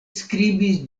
skribis